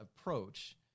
approach